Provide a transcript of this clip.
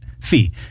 fee